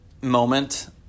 moment